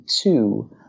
two